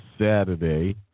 Saturday